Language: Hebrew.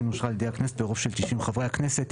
אושרה על ידי הכנסת ברוב של תשעים חברי הכנסת."